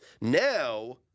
Now